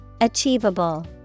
Achievable